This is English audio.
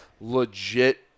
legit